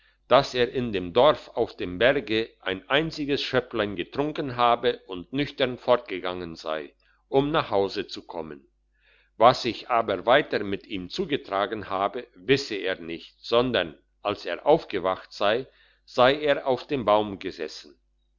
dass er in dem dorf auf dem berge ein einziges schöpplein getrunken habe und nüchtern fortgegangen sei um nach hause zu kommen was sich aber weiter mit ihm zugetragen habe wisse er nicht sondern als er aufgewacht sei sei er auf dem baum gesessen